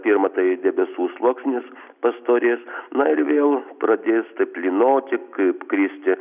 pirma tai debesų sluoksnis pastorės na ir vėl pradės lynoti kaip kristi